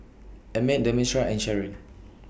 Emmet Demetra and Sherron